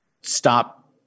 stop